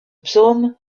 psaume